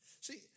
See